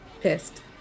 Pissed